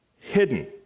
hidden